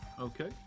Okay